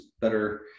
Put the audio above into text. better